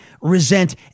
resent